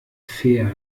fair